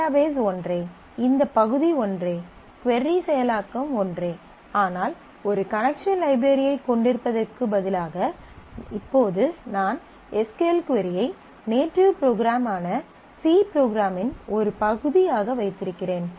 database ஒன்றே இந்த பகுதி ஒன்றே கொரி செயலாக்கம் ஒன்றே ஆனால் ஒரு கனெக்சன் லைப்ரரியை கொண்டிருப்பதற்குப் பதிலாக இப்போது நான் எஸ் க்யூ எல் கொரியை நேட்டிவ் ப்ரோக்ராமான C ப்ரோக்ராமின் ஒரு பகுதியாக வைத்திருக்கிறேன்